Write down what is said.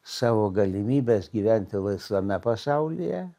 savo galimybes gyventi laisvame pasaulyje